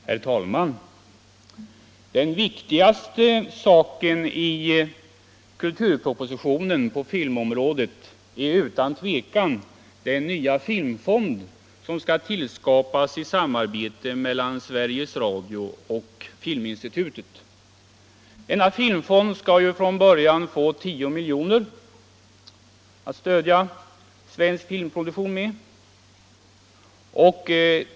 Herr talman! Den viktigaste saken i kulturpropositionen på filmområdet är utan tvivel den nya filmfond som skall tillskapas i samarbete mellan Sveriges Radio och Filminstitutet. Denna filmfond skall från början få 10 milj.kr. att stödja svensk filmproduktion med.